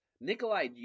Nikolai